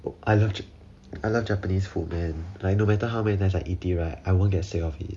oh I love I love japanese food man like no matter how many times I eat it right I won't get sick of it